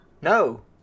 No